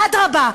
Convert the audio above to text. אדרבה,